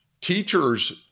teachers